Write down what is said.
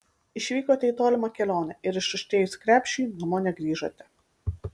išvykote į tolimą kelionę ir ištuštėjus krepšiui namo negrįžote